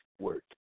work